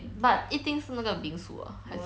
but 一定是那个 bingsu ah 还是